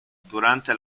durante